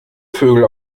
vögel